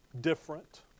different